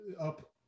up